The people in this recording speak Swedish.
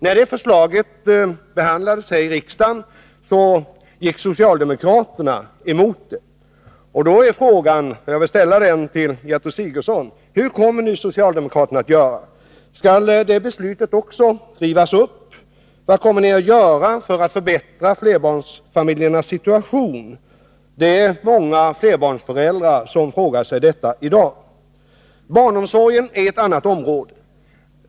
När det förslaget behandlades här i riksdagen gick socialdemokraterna emot det. Barnomsorgen är ett annat område.